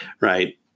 Right